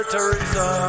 Teresa